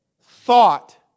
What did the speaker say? thought